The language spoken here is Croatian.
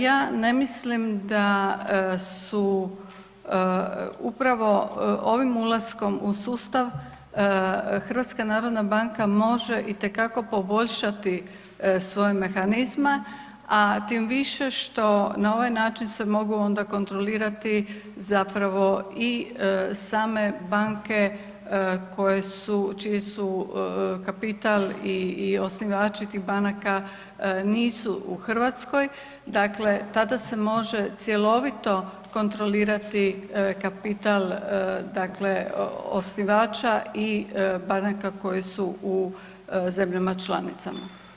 Ja ne mislim da su upravo ovim ulaskom u sustav, HNB može itekako poboljšati svoje mehanizme, a tim više što na ovaj način se mogu onda kontrolirati zapravo i same banke koje su, čiji su kapital i osnivači tih banaka nisu u Hrvatskoj, dakle tada se može cjelovito kontrolirati kapital dakle osnivača i banaka koje su u zemljama članicama.